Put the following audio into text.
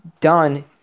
done